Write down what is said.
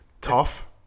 tough